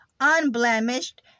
unblemished